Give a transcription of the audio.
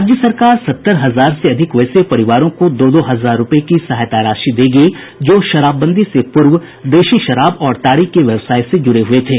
राज्य सरकार सत्तर हजार से अधिक वैसे परिवारों को दो दो हजार रूपये की सहायता राशि देगी जो शराबबंदी से पूर्व देसी शराब और ताड़ी के व्यवसाय से जुड़े हुये थे